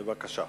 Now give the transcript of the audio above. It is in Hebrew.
בבקשה.